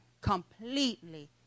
Completely